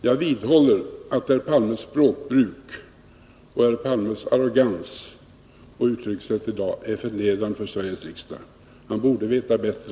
Jag vidhåller att Olof Palmes språkbruk och uttryckssätt samt arrogans i dag är förnedrande för Sveriges riksdag. Han borde veta bättre.